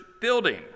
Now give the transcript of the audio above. building